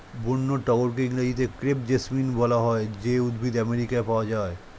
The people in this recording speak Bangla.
বন্য টগরকে ইংরেজিতে ক্রেপ জেসমিন বলা হয় যে উদ্ভিদ আমেরিকায় পাওয়া যায়